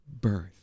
birth